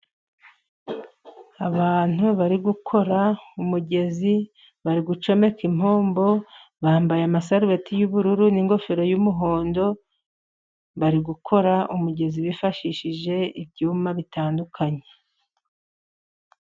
Abantu bari gukora umugezi bari gucomeka impombo, bambaye amasarubeti y'ubururu n'ingofero y'umuhondo ,bari gukora umugezi bifashishije ibyuma bitandukanye.